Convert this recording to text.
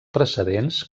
precedents